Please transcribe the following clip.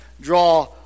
draw